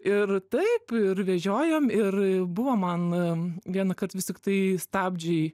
ir taip ir vežiojom ir buvo man vienąkart vis tiktai stabdžiai